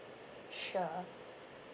sure